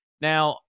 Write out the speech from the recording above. Now